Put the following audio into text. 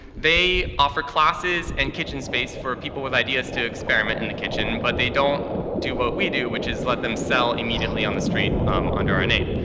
they offer classes and kitchen space for people with ideas to experiment in the kitchen, but they don't do what we do, which is let them sell immediately on the street under our name.